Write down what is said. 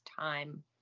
time